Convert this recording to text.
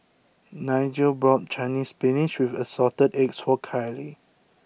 Nigel bought chinese spinach with assorted eggs for Kylie